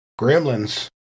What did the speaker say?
gremlins